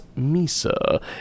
Misa